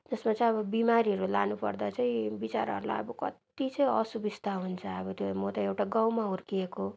जसमा चाहिँ अब बिमारीहरू लानु पर्दा चाहिँ बिचराहरूलाई अब कति चाहिँ असुबिस्ता हुन्छ अब त्यो म त एउटा गाउँमा हुर्किएको